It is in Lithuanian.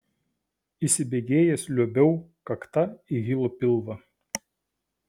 įsibėgėjęs liuobiau kakta į hilo pilvą